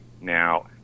Now